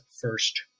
first